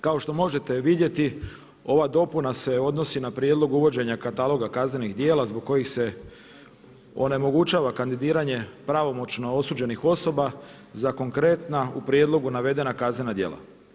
Kao što možete vidjeti ova dopuna se odnosi na prijedlog uvođenja kataloga uvođenja kaznenih djela zbog kojih se onemogućava kandidiranje pravomoćno osuđenih osoba za konkretna u prijedlogu navedena kaznena djela.